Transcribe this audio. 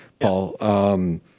Paul